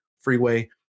freeway